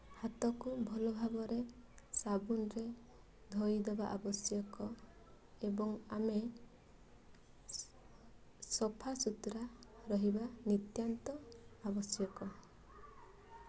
ହାତକୁ ଭଲ ଭାବରେ ସାବୁନରେ ଧୋଇଦେବା ଅବଶ୍ୟକ ଏବଂ ଆମେ ସଫା ସୁତରା ରହିବା ନିତ୍ୟାନ୍ତ ଆବଶ୍ୟକ